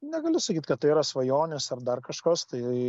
negaliu sakyt kad tai yra svajonės ar dar kažkas tai